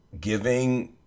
giving